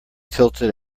tilted